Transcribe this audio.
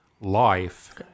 life